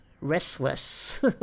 restless